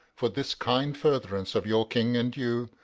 for this kind furtherance of your king and you,